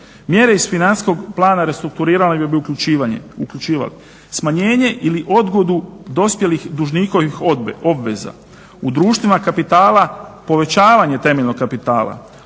Mjere iz Financijskog plana restrukturiranja bi uključivale smanjenje ili odgodu dospjelih dužnikovih obveza, u društvima kapitala povećavanje temeljnog kapitala,